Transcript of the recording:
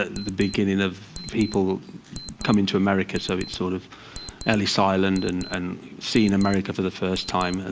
ah the beginning of people coming to america. so it's sort of ellis island, and and seeing america for the first time. and